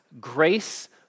grace